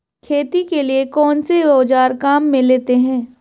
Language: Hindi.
खेती के लिए कौनसे औज़ार काम में लेते हैं?